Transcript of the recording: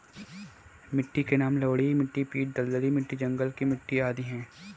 मिट्टी के नाम लवणीय मिट्टी, पीट दलदली मिट्टी, जंगल की मिट्टी आदि है